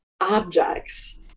objects